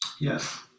yes